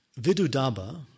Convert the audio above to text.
Vidudaba